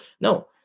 No